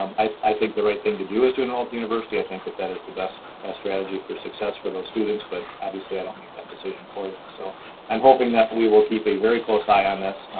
um i think the right thing to do is to enroll at the university. i think that that is the best strategy for success for those students. but obviously, i don't make that decision for them. so i'm hoping that we will keep a very close eye on this,